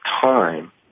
time